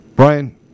Brian